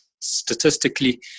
statistically